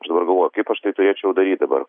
aš dabar galvoju kaip aš tai turėčiau daryt dabar